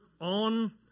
on